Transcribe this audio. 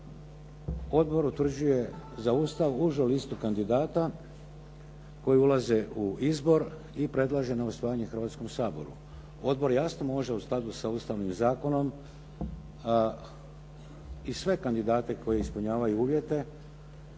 Odbor utvrđuje za Ustav užu listu kandidata koji ulaze u izbor i predlaže na usvajanje Hrvatskom saboru. Odbor jasno može u skladu sa Ustavnim zakonom i sve kandidate koji ispunjavaju uvjete